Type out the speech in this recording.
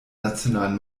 nationalen